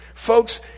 Folks